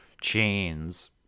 chains